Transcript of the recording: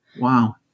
Wow